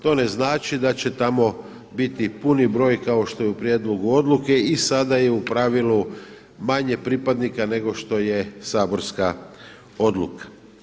To ne znači da će tamo biti puni broj kao što je u prijedlogu odluke i sada je u pravilu manje pripadnika nego što je saborska odluka.